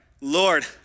Lord